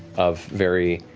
of very